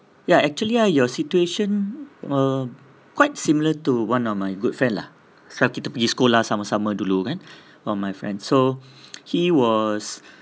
ya actually ah your situation were quite similar to one of my good friend lah pasal kita pergi sekolah sama-sama dulu-dulu kan one of my friend so he was